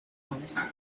odyssey